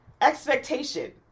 expectation